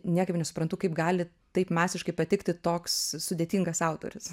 niekaip nesuprantu kaip gali taip masiškai patikti toks sudėtingas autorius